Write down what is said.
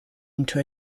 into